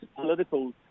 political